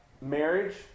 marriage